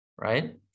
right